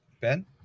Ben